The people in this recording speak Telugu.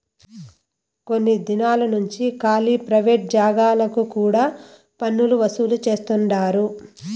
కొన్ని దినాలు నుంచి కాలీ ప్రైవేట్ జాగాలకు కూడా పన్నులు వసూలు చేస్తండారు